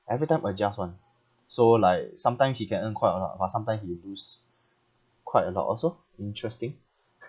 every time adjust [one] so like sometime he can earn quite a lot but sometime he lose quite a lot also interesting